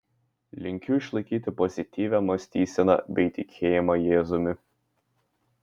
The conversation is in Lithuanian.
linkiu išlaikyti pozityvią mąstyseną bei tikėjimą jėzumi